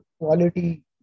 quality